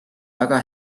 väga